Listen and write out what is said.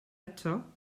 eto